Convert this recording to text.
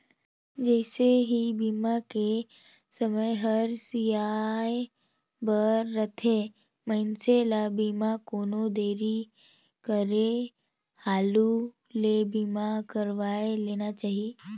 जइसे ही बीमा के समय हर सिराए बर रथे, मइनसे ल बीमा कोनो देरी करे हालू ले बीमा करवाये लेना चाहिए